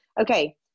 Okay